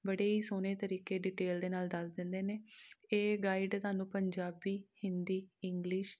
ਬੜੇ ਹੀ ਸੋਹਣੇ ਤਰੀਕੇ ਡਿਟੇਲ ਦੇ ਨਾਲ ਦੱਸ ਦਿੰਦੇ ਨੇ ਇਹ ਗਾਈਡ ਸਾਨੂੰ ਪੰਜਾਬੀ ਹਿੰਦੀ ਇੰਗਲਿਸ਼